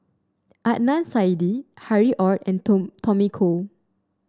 Adnan Saidi Harry Ord and Tom Tommy Koh